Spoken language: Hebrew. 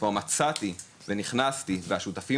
כבר מצאתי ונכנסתי לדירה חדשה והשותפים